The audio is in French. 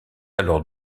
alors